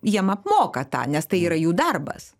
jiem apmoka tą nes tai yra jų darbas